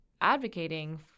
advocating